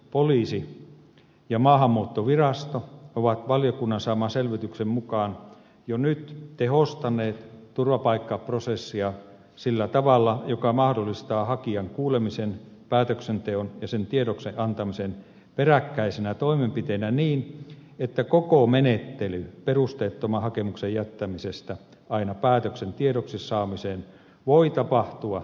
poliisi ja maahanmuuttovirasto ovat valiokunnan saaman selvityksen mukaan jo nyt tehostaneet turvapaikkaprosessia sillä tavalla joka mahdollistaa hakijan kuulemisen päätöksenteon ja päätöksen tiedoksi antamisen peräkkäisinä toimenpiteinä niin että koko menettely perusteettoman hakemuksen jättämisestä aina päätöksen tiedoksi saamiseen voi tapahtua parissa päivässä